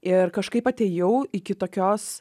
ir kažkaip atėjau iki tokios